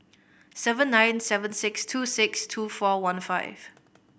seven nine seven six two six two four one five